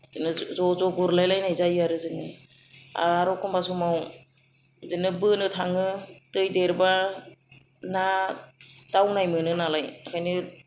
बिदिनो ज' ज' गुरलायलायनाय जायो आरो जोङो आरो अखम्बा समाव बिदिनो बोनो थाङो दै देरबा ना दावनाय मोनो नालाय ओंखायनो